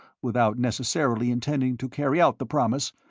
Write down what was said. without necessarily intending to carry out the promise,